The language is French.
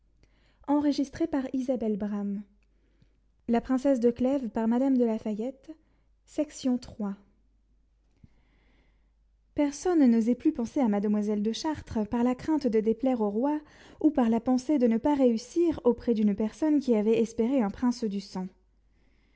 personne n'osait plus penser à mademoiselle de chartres par la crainte de déplaire au roi ou par la pensée de ne pas réussir auprès d'une personne qui avait espéré un prince du sang